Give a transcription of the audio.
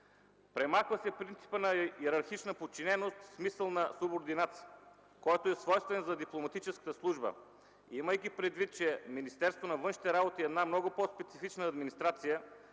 Премахва се принципът на йерархична подчиненост в смисъл на субординация, който е свойствен за дипломатическата служба, и имайки предвид, че Министерство на външните работи е една много по-специфична администрация,